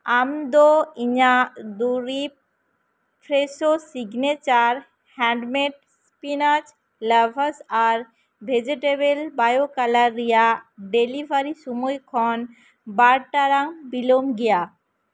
ᱟᱢᱫᱚ ᱤᱧᱟ ᱜ ᱫᱩᱨᱤᱵ fresco signature handmade spinach lavash ᱟᱨ ᱵᱷᱮᱡᱮᱴᱮᱵᱮᱞ ᱵᱟᱭᱚ ᱠᱟᱞᱟᱨ ᱨᱮᱭᱟᱜ ᱰᱮᱞᱤᱵᱷᱟᱨᱤ ᱥᱚᱢᱚᱭ ᱠᱷᱚᱱ ᱵᱟᱨ ᱴᱟᱲᱟᱝ ᱵᱤᱞᱚᱢ ᱜᱮᱭᱟ